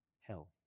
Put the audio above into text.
hell